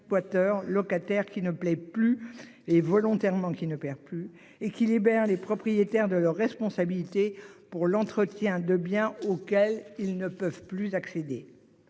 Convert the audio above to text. bien Water locataire qui ne plaît plus et volontairement qui ne perd plus et qui libèrent les propriétaires de leurs responsabilités pour l'entretien de biens auxquels ils ne peuvent plus accéder.